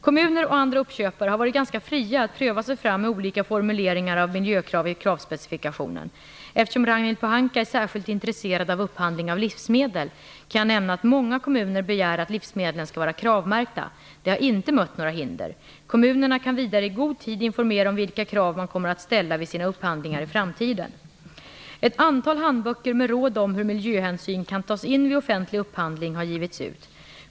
Kommuner och andra uppköpare har varit ganska fria att pröva sig fram med olika formuleringar av miljökrav i kravspecifikationen. Eftersom Ragnhild Pohanka är särskilt intresserad av upphandling av livsmedel, kan jag nämna att många kommuner begär att livsmedlen skall vara KRAV-märkta. Detta har inte mött några hinder. Kommunerna kan vidare i god tid informera om vilka krav man kommer att ställa vid sina upphandlingar i framtiden. Ett antal handböcker med råd om hur miljöhänsyn kan tas in vid offentlig upphandling har givits ut.